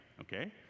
okay